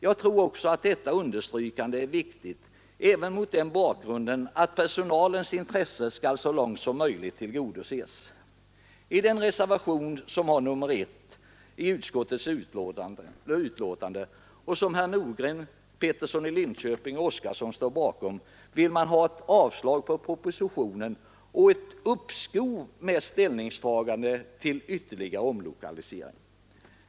Jag tror också att detta understrykande är viktigt, även mot bakgrunden av att personalens intresse så långt som möjligt skall tillgodoses. I reservation nr 1 till utskottets utlåtande, som herrar Nordgren, Peterson i Linköping och Oskarson står bakom, vill man ha ett avslag på propositionen och ett uppskov med ställningstagande om ytterligare omlokalisering.